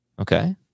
Okay